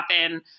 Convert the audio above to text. happen